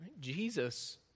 Jesus